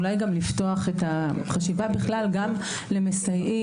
אולי לפתוח את החשיבה גם למסייעים?